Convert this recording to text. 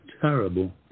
terrible